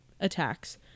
attacks